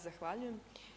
Zahvaljujem.